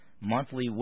monthly